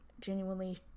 Genuinely